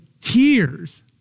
tears